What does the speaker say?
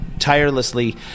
tirelessly